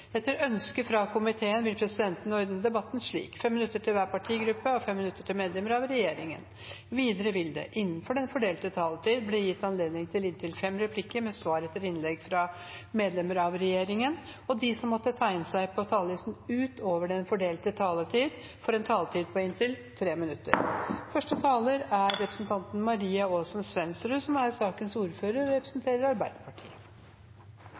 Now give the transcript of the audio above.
Etter ønske fra justiskomiteen vil presidenten ordne debatten slik: 5 minutter til hver partigruppe og 5 minutter til medlemmer av regjeringen. Videre vil det – innenfor den fordelte taletid – bli gitt anledning til inntil fem replikker med svar etter innlegg fra medlemmer av regjeringen, og de som måtte tegne seg på talerlisten ut over den fordelte taletid, får en taletid på inntil 3 minutter. Jeg vil først få innlede om denne saken som saksordfører, og